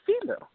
female